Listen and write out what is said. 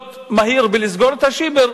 להיות מהיר בלסגור את השיבר,